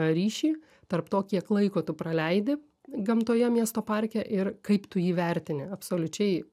ryšį tarp to kiek laiko tu praleidi gamtoje miesto parke ir kaip tu jį vertini absoliučiai